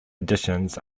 editions